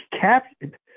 captured